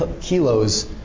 kilos